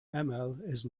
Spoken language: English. not